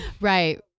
right